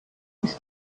ist